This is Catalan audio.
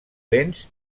lents